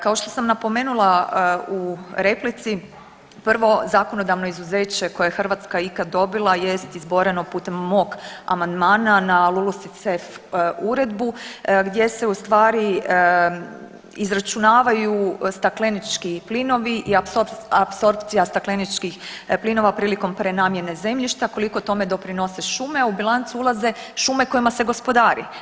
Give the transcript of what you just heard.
Kao što sam napomenula u replici, prvo zakonodavno izuzeće koje je Hrvatska ikada dobila jest izboreno putem mog amandmana na LULUCF uredbu gdje se ustvari izračunavaju staklenički plinovi i apsorpcija stakleničkih plinova prilikom prenamjene zemljišta, koliko tome doprinose šume, u bilancu ulaze šume kojima se gospodari.